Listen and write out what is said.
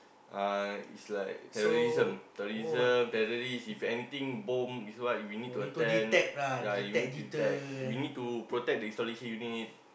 uh it's like terrorism terrorism terrorist if anything bomb is what we need to attend ya we need to detect we need to protect the installation unit